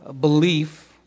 belief